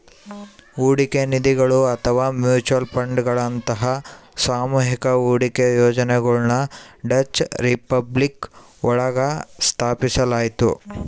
ಹೂಡಿಕೆ ನಿಧಿಗಳು ಅಥವಾ ಮ್ಯೂಚುಯಲ್ ಫಂಡ್ಗಳಂತಹ ಸಾಮೂಹಿಕ ಹೂಡಿಕೆ ಯೋಜನೆಗಳನ್ನ ಡಚ್ ರಿಪಬ್ಲಿಕ್ ಒಳಗ ಸ್ಥಾಪಿಸಲಾಯ್ತು